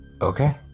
Okay